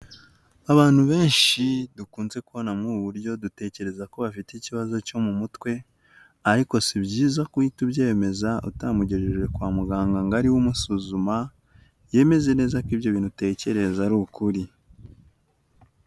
Abantu benshi dukunze kubona muri ubu buryo dutekereza ko bafite ikibazo cyo mu mutwe, ariko si byiza guhita ubyemeza utamugejeje kwa muganga ngo ari we umusuzuma yemeze neza ko ibyo bintu utekereza ari ukuri.